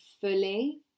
fully